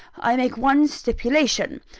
i make one stipulation.